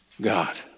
God